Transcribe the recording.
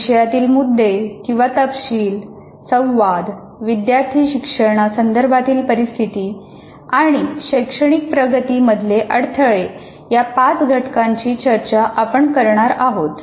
विषयातील मुद्दे किंवा तपशील संवाद विद्यार्थी शिक्षणा संदर्भातील परिस्थिती आणि शैक्षणिक प्रगती मधले अडथळे या 5 घटकांची चर्चा आपण करणार आहोत